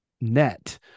net